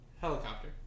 Helicopter